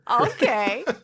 Okay